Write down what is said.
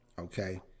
Okay